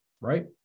right